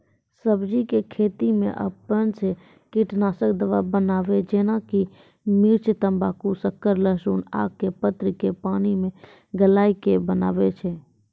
सब्जी के खेती मे अपन से कीटनासक दवा बनाबे जेना कि मिर्च तम्बाकू शक्कर लहसुन आक के पत्र के पानी मे गलाय के बनाबै छै?